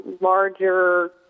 larger